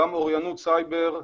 גם אוריינות סייבר,